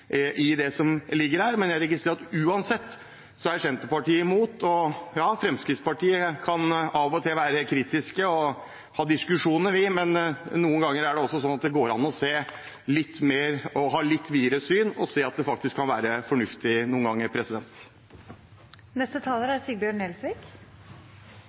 det som ligger her, men jeg registrerer at Senterpartiet er imot uansett. Fremskrittspartiet kan av og til være kritiske og ha diskusjoner, men noen ganger går det også an å ha et litt videre syn og se at dette faktisk kan være fornuftig noen ganger.